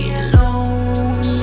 alone